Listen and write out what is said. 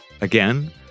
again